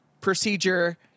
procedure